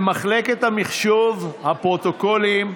למחלקת המחשוב, הפרוטוקולים,